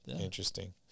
Interesting